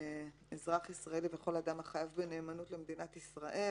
"אזרח ישראלי וכל אדם החייב בנאמנות למדינת ישראל